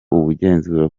ubugenzuzi